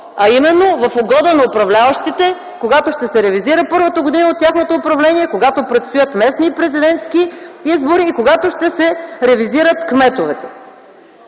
а именно в угода на управляващите, когато ще се ревизира първата година от тяхното управление, когато предстоят местни и президентски избори и когато ще се ревизират кметове.